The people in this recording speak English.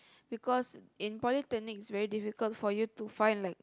because in polytechnic it's very difficult for you to find like